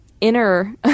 inner